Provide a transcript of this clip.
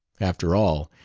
after all,